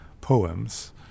poems